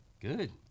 Good